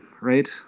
right